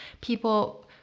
people